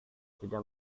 tidak